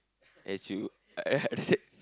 as you